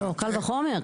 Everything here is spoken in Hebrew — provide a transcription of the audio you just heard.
קל וחומר.